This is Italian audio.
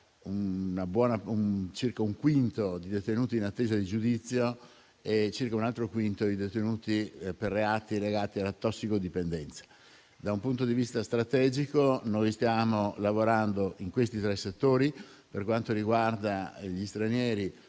circa un quinto di detenuti in attesa di giudizio e circa un altro quinto di detenuti per reati legati alla tossicodipendenza. Da un punto di vista strategico, stiamo lavorando in questi tre settori: per quanto riguarda gli stranieri,